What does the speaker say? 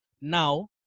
now